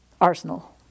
arsenal